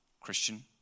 Christian